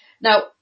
Now